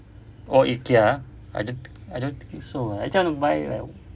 oh ikea ah I don't I don't think so actually I don't buy like